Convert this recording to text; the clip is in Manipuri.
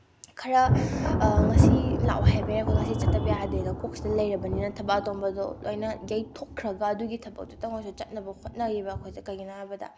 ꯈꯔ ꯉꯁꯤ ꯂꯥꯛꯑꯣ ꯍꯥꯏꯕꯅꯤꯅ ꯑꯩꯈꯣꯏ ꯉꯁꯤ ꯆꯠꯇꯕ ꯌꯥꯗꯦꯅ ꯀꯣꯛꯁꯤꯗ ꯂꯩꯔꯕꯅꯤꯅ ꯊꯕꯛ ꯑꯇꯣꯞꯄꯗꯣ ꯂꯣꯏꯅ ꯌꯩꯊꯣꯛꯈꯔꯒ ꯑꯗꯨꯒꯤ ꯊꯕꯛꯇꯨꯇꯪ ꯑꯣꯏꯔꯁꯨ ꯆꯠꯅꯕ ꯍꯣꯠꯅꯈꯤꯕ ꯑꯩꯈꯣꯏꯁꯦ ꯀꯩꯒꯤꯅꯣ ꯍꯥꯏꯕꯗ